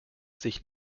sich